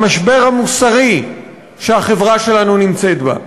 המשבר המוסרי שהחברה שלנו נמצאת בו.